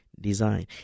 design